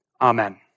Amen